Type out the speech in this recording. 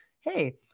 Hey